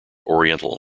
oriental